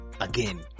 again